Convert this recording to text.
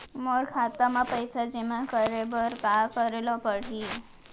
मोर खाता म पइसा जेमा करे बर का करे ल पड़ही?